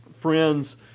friends